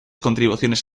contribuciones